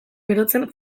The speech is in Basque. berotzen